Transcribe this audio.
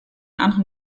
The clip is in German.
anderen